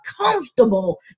comfortable